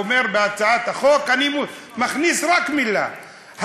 אומר בהצעת החוק: אני מכניס רק מילה,